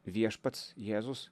viešpats jėzus